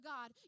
God